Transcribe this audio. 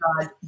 God